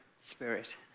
spirit